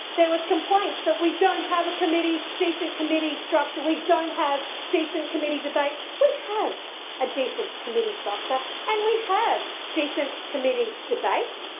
there were complaints that we don't have a committee, decent committee structure. we don't have decent committee debate. we have a decent committee structure and we have decent committee debate